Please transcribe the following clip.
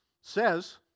Says